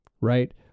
right